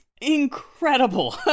incredible